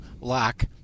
lock